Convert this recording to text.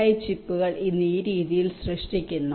I ചിപ്പുകൾ ഇന്ന് ഈ രീതിയിൽ സൃഷ്ടിക്കുന്നു